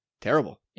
Terrible